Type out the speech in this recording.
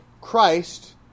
Christ